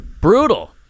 Brutal